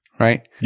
Right